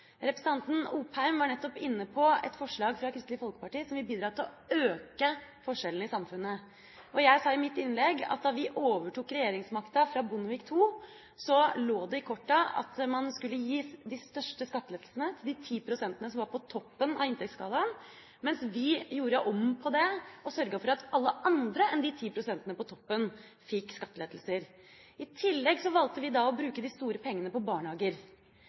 Representanten Opheim var nettopp inne på et forslag fra Kristelig Folkeparti som vil bidra til å øke forskjellene i samfunnet. Jeg sa i mitt innlegg at da vi overtok regjeringsmakta fra Bondevik II, lå det i kortene at man skulle gi de største skattelettelsene til de 10 pst. som var på toppen av inntektsskalaen. Men vi gjorde om på det og sørget for at alle andre enn de 10 pst. på toppen fikk skattelettelser. I tillegg valgte vi å bruke de store pengene på barnehager.